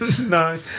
No